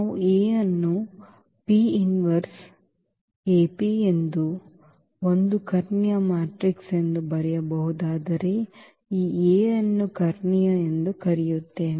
ನಾವು ಈ A ಯನ್ನು ಈ ಒಂದು ಕರ್ಣೀಯ ಮ್ಯಾಟ್ರಿಕ್ಸ್ ಎಂದು ಬರೆಯಬಹುದಾದರೆ ಈ A ಅನ್ನು ಕರ್ಣೀಯ ಎಂದು ಕರೆಯುತ್ತೇವೆ